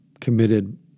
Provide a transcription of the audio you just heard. committed